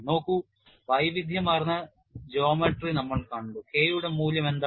നോക്കൂ വൈവിധ്യമാർന്ന ജ്യാമിതിക്കായി നമ്മൾ കണ്ടു K യുടെ മൂല്യം എന്താണ്